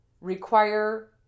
require